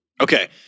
Okay